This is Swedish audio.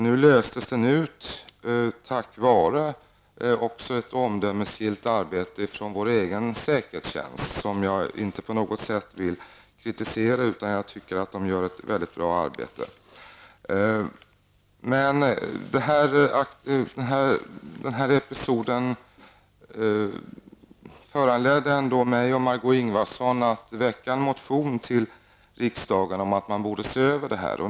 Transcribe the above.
Nu löstes detta tack vare ett omdömesgillt arbete av vår egen säkerhetstjänst, som jag inte på något sätt vill kritisera -- jag tycker att den gör ett väldigt bra arbete. Denna episod föranledde ändå mig och Margó Ingvardsson att väcka en motion till riksdagen om att man borde se över detta.